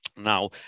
Now